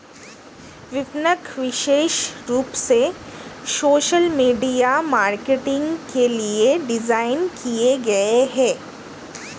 विपणक विशेष रूप से सोशल मीडिया मार्केटिंग के लिए डिज़ाइन किए गए है